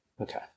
Okay